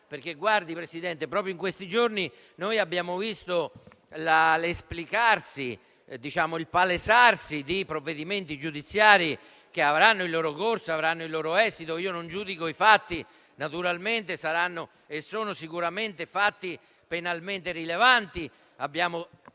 perché, signor Presidente, proprio in questi giorni abbiamo visto l'esplicarsi e il palesarsi di provvedimenti giudiziari, che avranno il loro corso e il loro esito. Io non giudico i fatti; saranno e sono sicuramente fatti penalmente rilevanti